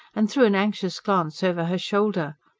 and threw an anxious glance over her shoulder.